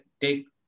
take